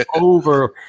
over